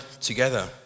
together